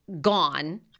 gone